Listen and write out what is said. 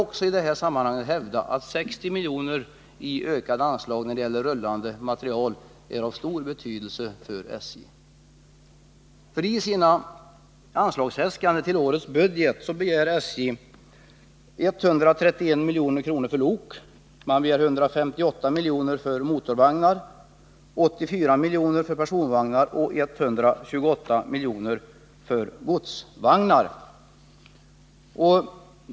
Jag vill i detta sammanhang också hävda att 60 miljoner i ökade anslag när det gäller den rullande materielen är av stor betydelse för SJ. I sina anslagsäskanden begär SJ 130 miljoner för lok, 158 miljoner för motorvagnar, 84 miljoner för personvagnar och 128 miljoner för godsvagnar.